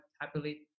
happily